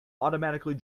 automatically